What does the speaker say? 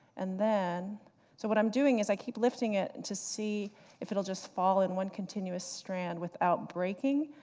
and then so what i'm doing is, i keep lifting it to see if it'll just fall in one continuous strand without breaking.